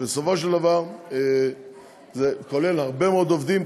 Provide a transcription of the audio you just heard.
בסופו של דבר הרבה מאוד עובדים,